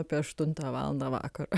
apie aštuntą valandą vakaro